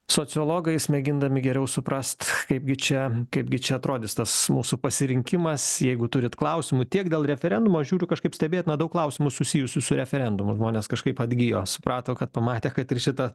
sociologais mėgindami geriau suprast kaipgi čia kaipgi čia atrodys tas mūsų pasirinkimas jeigu turit klausimų tiek dėl referendumo žiūriu kažkaip stebėtina daug klausimų susijusių su referendumu žmonės kažkaip atgijo suprato kad pamatė kad ir šitą